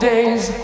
Days